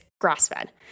grass-fed